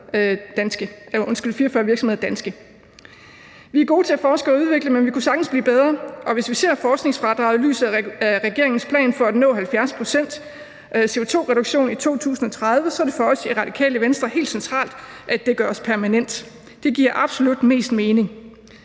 i EU, er 44 virksomheder danske. Vi er gode til at forske og udvikle, men vi kunne sagtens blive bedre, og hvis vi ser forskningsfradraget i lyset af regeringens plan for at nå en CO2-reduktion på 70 pct. i 2030, er det for os i Det Radikale Venstre helt centralt, at det gøres permanent. Det giver absolut mest mening.